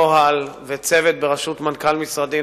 אלוף פיקוד המרכז,